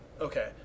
Okay